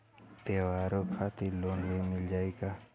त्योहार खातिर लोन मिल जाई का?